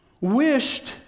wished